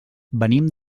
venim